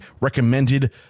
recommended